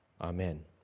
Amen